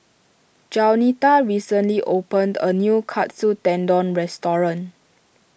Jaunita recently opened a new Katsu Tendon restaurant